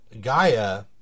Gaia